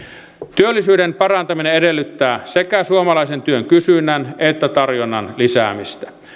työllisyyden parantaminen edellyttää sekä suomalaisen työn kysynnän että tarjonnan lisäämistä